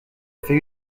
fait